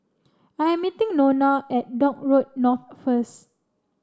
I am meeting Nona at Dock Road North first